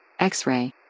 X-ray